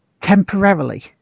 temporarily